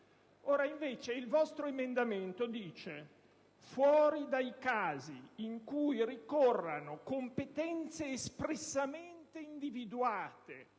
il vostro emendamento dice: «Fuori dai casi in cui ricorrono competenze espressamente individuate